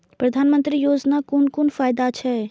प्रधानमंत्री योजना कोन कोन फायदा छै?